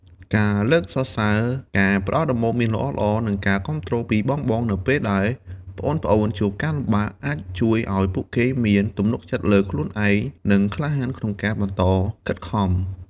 ការលើកសរសើរ ការផ្ដល់ដំបូន្មានល្អៗ និងការគាំទ្រពីបងៗ នៅពេលដែលប្អូនៗជួបការលំបាក អាចជួយឱ្យពួកគេមាន ទំនុកចិត្តលើខ្លួនឯង និងក្លាហានក្នុងការបន្តខិតខំ ។